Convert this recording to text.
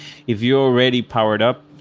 if you're already powered up,